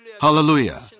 Hallelujah